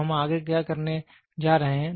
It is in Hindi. तो हम आगे क्या करने जा रहे हैं